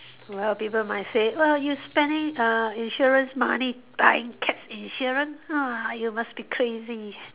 well people might say !wow! you spending insurance money buying cat insurance you must be crazy